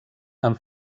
amb